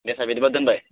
दे सार बिदिब्ला दोनबाय